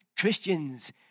Christians